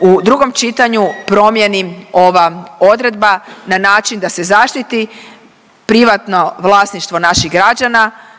u drugom čitanju promjeni ova odredba na način da se zaštiti privatno vlasništvo naših građana